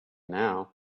now